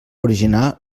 originar